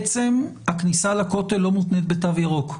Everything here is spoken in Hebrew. הכניסה לכותל לא מותנית בתו ירוק.